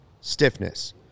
stiffness